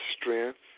strength